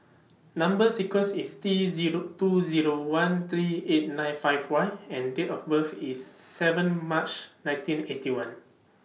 Number sequence IS T Zero two Zero one three eight nine five Y and Date of birth IS seven March nineteen Eighty One